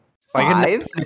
Five